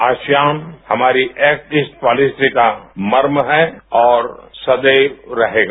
ASEAN हमारी act east policy का मर्म है और सदैव रहेगा